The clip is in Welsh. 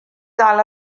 dal